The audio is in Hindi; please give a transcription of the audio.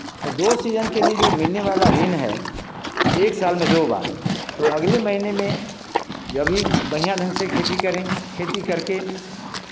तो दो सीजन के लिए जो मिलने वाला ऋण है एक साल में दो बार तो अगले महीने में जभी बढ़ियाँ ढंग से खेती करें खेती करके